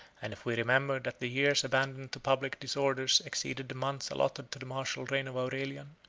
and if we remember that the years abandoned to public disorders exceeded the months allotted to the martial reign of aurelian,